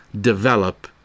develop